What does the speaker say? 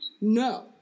No